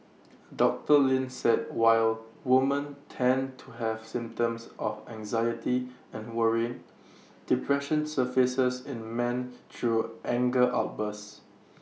doctor Lin said while woman tend to have symptoms of anxiety and worrying depression surfaces in men through anger outbursts